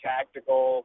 Tactical